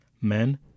Men